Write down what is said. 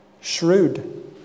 shrewd